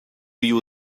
you